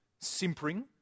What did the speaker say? simpering